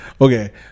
Okay